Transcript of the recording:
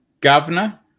governor